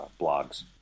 blogs